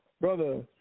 brother